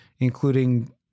including